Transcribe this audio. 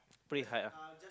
pray hard ah